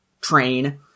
train